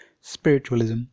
spiritualism